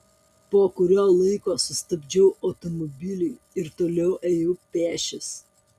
po kurio laiko sustabdžiau automobilį ir toliau ėjau pėsčias